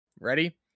Ready